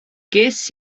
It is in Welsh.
ges